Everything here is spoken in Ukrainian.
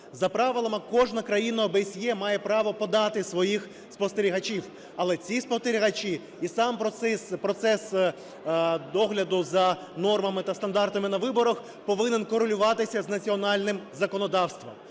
за правилами кожна країна ОБСЄ має право подати своїх спостерігачів, але ці спостерігачі і сам процес догляду за нормами та стандартами на виборах повинен корелюватися з національним законодавством.